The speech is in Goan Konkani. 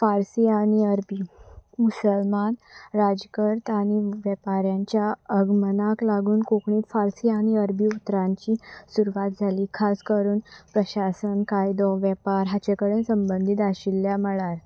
फार्सी आनी अरबी मुसलमान राजकर्त आनी वेपऱ्यांच्या अगमनाक लागून कोंकणींत फार्सी आनी अरबी उतरांची सुरवात जाली खास करून प्रशासन कायदो वेपार हांचे कडेन संबंदीत आशिल्ल्या मळार